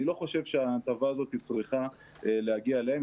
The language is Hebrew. אני לא חושב שההטבה הזאת צריכה להגיע אליהם,